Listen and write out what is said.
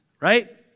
Right